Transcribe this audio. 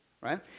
right